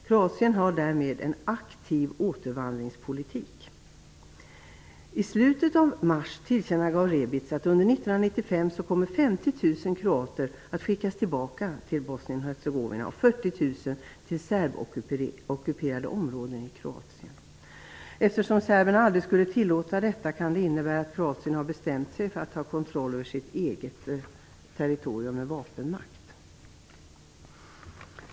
Kroatien har därmed en aktiv återvandringspolitik. kommer 50 000 kroater att skickas tillbaka till Bosnien-Hercegovina och 40 000 till serbockuperade områden i Kroatien. Eftersom serberna aldrig skulle tillåta detta kan det innebära att Kroatien har bestämt sig för att ta kontroll över sitt eget territorium med vapenmakt.